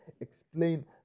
explain